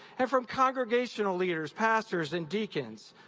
and from congregational leaders, pastors and deacons,